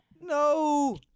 No